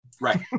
Right